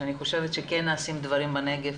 שאני חושבת שכן נעשים דברים בנגב,